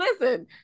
Listen